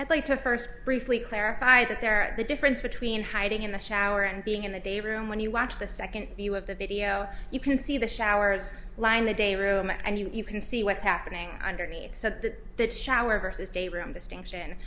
head like to first briefly clarify that there the difference between hiding in the shower and being in the day room when you watch the second view of the video you can see the showers lined the day room and you can see what's happening underneath so that it's shower vs gay room distinction